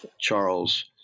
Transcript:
Charles